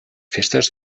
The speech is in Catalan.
festes